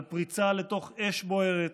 על פריצה לתוך אש בוערת,